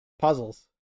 puzzles